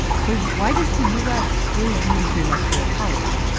so why does the us still use the electoral college?